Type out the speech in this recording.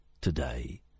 today